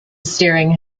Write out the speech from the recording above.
steering